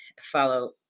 follow